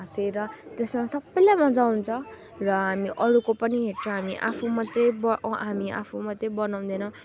हाँसेर त्यसमा सबैलाई मजा आउँछ र हामी अरूको पनि हेर्छौँ हामी आफू मात्रै ब हामी आफू मात्रै बनाउँदैन